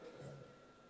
אדוני.